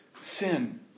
Sin